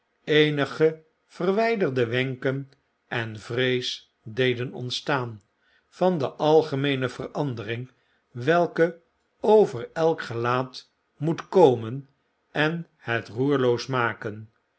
eenigeverwyderde wenken en vrees deden ontstaan van de algemeene verandering welke over elk gelaat moet komen en het